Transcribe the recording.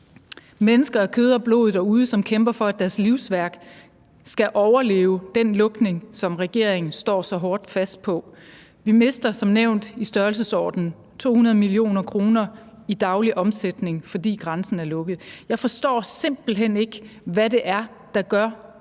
mennesker af kød og blod derude, som kæmper for, at deres livsværk skal overleve den lukning, som regeringen står så hårdt fast på. Vi mister som nævnt i størrelsesordenen 200 mio. kr. i daglig omsætning, fordi grænsen er lukket. Jeg forstår simpelt hen ikke, hvad det er, der gør